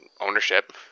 ownership